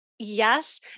Yes